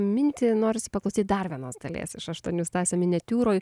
mintį norisi paklausyt dar vienos dalies iš aštuonių stasio miniatiūrų